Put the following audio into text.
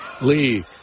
Lee